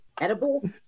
Edible